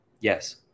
yes